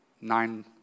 nine